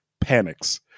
panics